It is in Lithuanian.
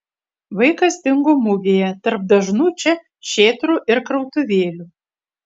vaikas dingo mugėje tarp dažnų čia šėtrų ir krautuvėlių